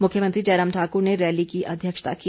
मुख्यमंत्री जयराम ठाकुर ने रैली की अध्यक्षता की